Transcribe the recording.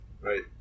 right